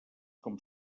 com